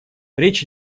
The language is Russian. речь